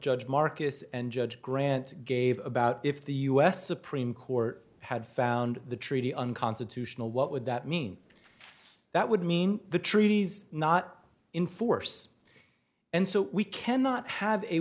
judge marcus and judge grant gave about if the u s supreme court had found the treaty unconstitutional what would that mean that would mean the treaties not in force and so we cannot have a